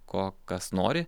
ko kas nori